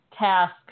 task